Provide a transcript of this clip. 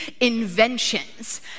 inventions